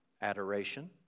Adoration